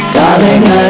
Darling